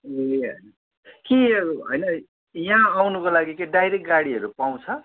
ए के होइन यहाँ आउनुको लागि के डाइरेक्ट गाडीहरू पाउँछ